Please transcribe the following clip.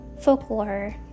folklore